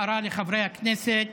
הערה לחברי הכנסת: